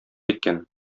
киткән